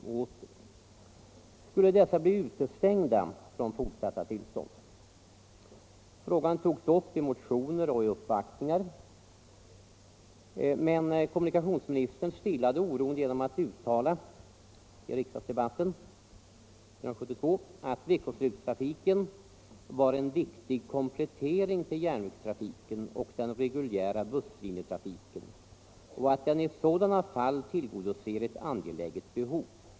Skulle dessa bli utestängda från fortsatta tillstånd? Frågan togs upp i motioner och i uppvaktningar. Men kommunikationsministern stillade oron genom att uttala i riksdagsdebatten 1972 att veckoslutstrafiken ”var en viktig komplettering till järnvägstrafiken och den reguljära busslinjetrafiken, och att den i sådana fall tillgodoser ett angeläget behov”.